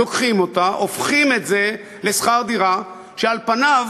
לוקחים אותה והופכים את זה לשכר דירה, שעל פניו